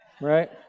right